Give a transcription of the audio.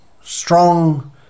strong